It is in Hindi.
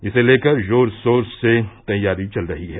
इसे लेकर जोर शोर से तैयारी चल रही है